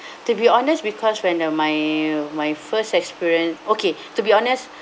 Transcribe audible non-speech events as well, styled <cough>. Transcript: <breath> to be honest because when the my my first experience okay <breath> to be honest